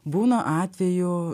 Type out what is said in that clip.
būna atvejų